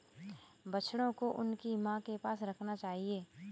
बछड़ों को उनकी मां के पास रखना चाहिए